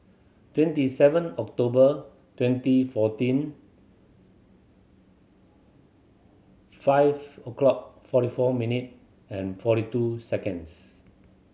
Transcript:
twenty seven October twenty fourteen five o'clock forty four minute and forty two seconds